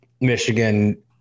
michigan